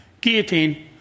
Guillotine